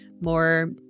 more